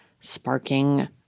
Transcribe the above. sparking